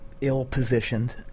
ill-positioned